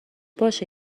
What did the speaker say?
باشه